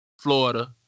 Florida